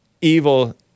evil